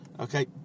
Okay